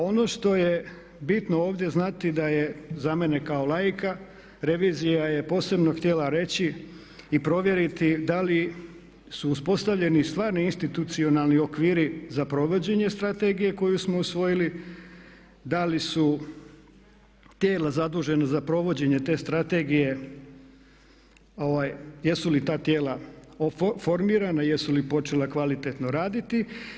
Ono što je bitno ovdje znati da je za mene kao laika, revizija je posebno htjela reći i provjeriti da li su uspostavljeni stvarni institucionalni okviri za provođenje strategije koju smo usvojili, da li su tijela zadužena za provođenje te strategije jesu li ta tijela formirana, jesu li počela kvalitetno raditi.